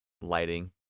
lighting